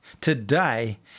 Today